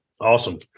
Awesome